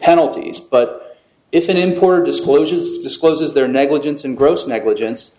penalties but if an important disclosure discloses their negligence and gross negligence